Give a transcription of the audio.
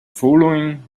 following